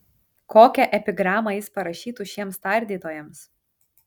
kokią epigramą jis parašytų šiems tardytojams